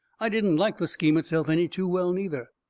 i didn't like the scheme itself any too well, neither.